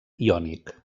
iònic